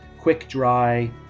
quick-dry